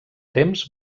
temps